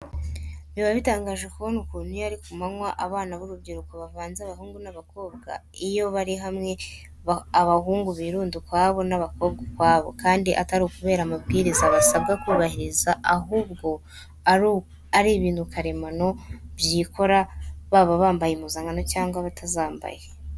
Biba bitangaje kubona ukuntu iyo ari ku manywa abana b'urubyiruko bavanze abahungu n'abakobwa, iyo bari hamwe, abahungu birunda ukwabo n'abakobwa ukwabo, kandi atari ukubera amabwiriza basabwa kubahiriza ahubwo ari ibintu karemano byikora, baba bambaye impuzankano cyangwa batazambaye.